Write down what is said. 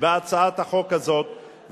בהצעת החוק הזאת,